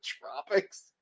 tropics